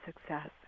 success